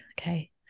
okay